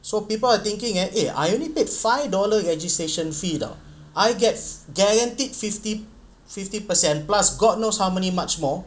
so people are thinking at eh I only pay five dollar registration fee [tau] I get guaranteed fifty fifty percent plus god knows how many much more